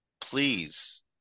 please